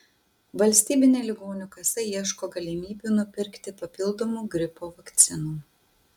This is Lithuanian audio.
valstybinė ligonių kasa ieško galimybių nupirkti papildomų gripo vakcinų